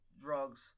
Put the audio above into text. drugs